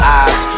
eyes